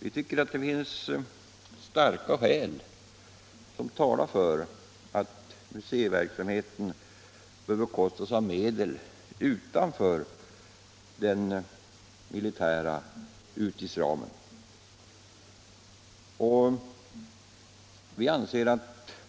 Vi tycker att det finns starka skäl som talar för att museiverksamheten bör bekostas av medel utanför den mi litära utgiftsramen. Vi anser